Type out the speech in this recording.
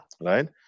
Right